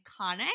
iconic